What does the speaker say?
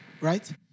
right